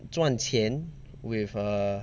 赚钱 with err